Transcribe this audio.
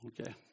Okay